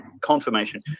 confirmation